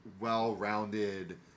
well-rounded